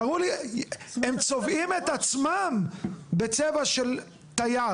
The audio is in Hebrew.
תראו לי, הם צובעים את עצמם בצבע של תייר,